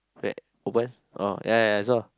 wait open oh ya ya I saw